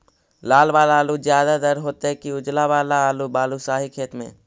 लाल वाला आलू ज्यादा दर होतै कि उजला वाला आलू बालुसाही खेत में?